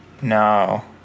no